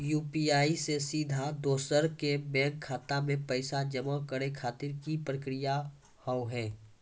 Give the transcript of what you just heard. UPI से सीधा दोसर के बैंक खाता मे पैसा जमा करे खातिर की प्रक्रिया हाव हाय?